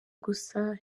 gusa